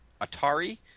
Atari